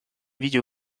video